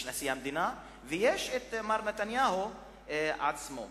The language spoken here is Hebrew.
יש נשיא המדינה ויש מר נתניהו עצמו.